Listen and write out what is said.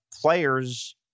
players